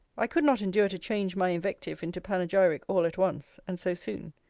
i could not endure to change my invective into panegyric all at once, and so soon.